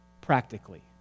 practically